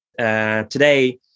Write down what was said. Today